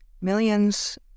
millions